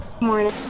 morning